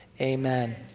amen